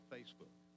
Facebook